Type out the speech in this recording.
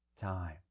time